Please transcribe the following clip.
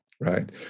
right